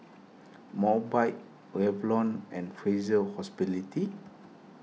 Mobike Revlon and Fraser